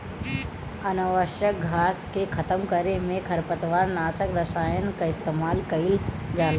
अनावश्यक घास के खतम करे में खरपतवार नाशक रसायन कअ इस्तेमाल कइल जाला